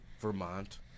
Vermont